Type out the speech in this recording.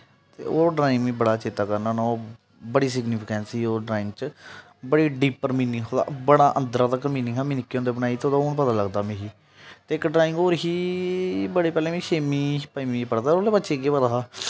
ते ओह् ड्राइंग मिगी बड़ा चेता करना होना ओह् बड़ी सिग्नीफिकेंसी ऐ ओह् ड्राइंग च बड़ी डिपर मिनिंग हा ओह्दा बड़ा अंदरा तक मिनिंग हा में निक्के होंदे बनाई ते ओह्दा हून पता लगदा मिगी ते इक ड्राइंग होर ही कि बडे़ पैह्लें में छैमीं पजमीं पढ़दा हा उसलै बच्चे गी केह् पता हा